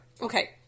Okay